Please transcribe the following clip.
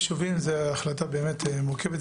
סיווג היישובים זו החלטה באמת מורכבת,